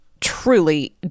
truly